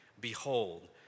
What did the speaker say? Behold